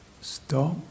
Stop